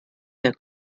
der